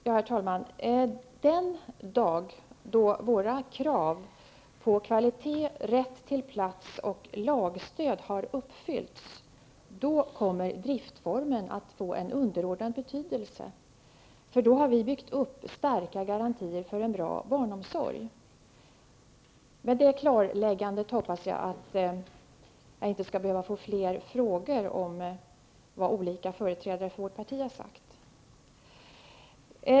Herr talman! Den dag då våra krav på kvalitet, rätt till plats och lagstöd har uppfyllts, kommer driftsformen att vara av underordnad betydelse, för då har vi byggt upp starka garantier för en bra barnomsorg. Med det klarläggandet hoppas jag att jag inte skall behöva få fler frågor om vad olika företrädare för vårt parti har sagt.